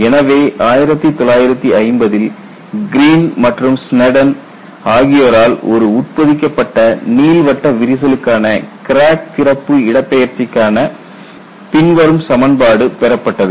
எனவே 1950 ல் கிரீன் மற்றும் ஸ்னெடன் ஆகியோரால் ஒரு உட்பொதிக்கப்பட்ட நீள்வட்ட விரிசலுக்கான கிராக் திறப்பு இடப்பெயர்ச்சிக்கான பின்வரும் சமன்பாடு பெறப்பட்டது